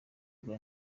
rwa